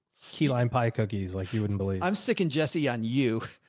key lime pie, cookies. like you wouldn't believe i'm sicking jessie on you.